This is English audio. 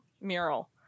mural